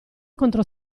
contro